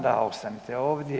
Da, ostanite ovdje.